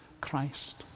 Christ